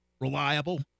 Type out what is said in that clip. reliable